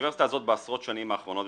האוניברסיטה הזאת בעשרות השנים האחרונות,